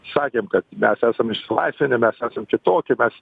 sakėm kad mes esam išsilaisvinę mes esam kitokie mes